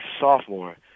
sophomore